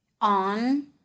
on